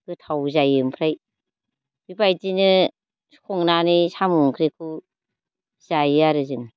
गोथाव जायो ओमफ्राय बेबायदिनो संनानै साम' ओंख्रिखौ जायो आरो जों